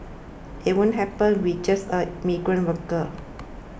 it won't happen with just a migrant worker